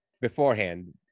beforehand